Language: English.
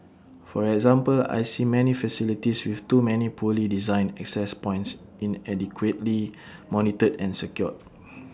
for example I see many facilities with too many poorly designed access points inadequately monitored and secured